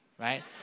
right